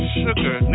sugar